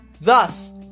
Thus